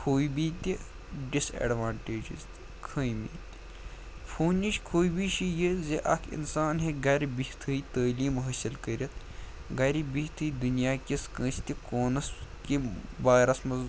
خوٗبی تہِ disadvantages تہِ خٲمی تہِ فونِچ خوٗبی چھِ یہِ زِ اَکھ اِنسان ہیٚکہِ گَرِ بِہتھٕے تٲلیٖم حٲصِل کٔرِتھ گرِ بِہتھٕے دُنیاکِس کٲنٛسہِ تہِ کوٗنَس کہِ بارَس منٛز